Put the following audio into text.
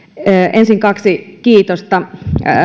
ensin kaksi kiitosta